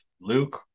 Luke